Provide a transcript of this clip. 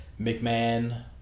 McMahon